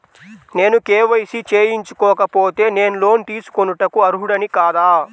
నేను కే.వై.సి చేయించుకోకపోతే నేను లోన్ తీసుకొనుటకు అర్హుడని కాదా?